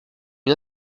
une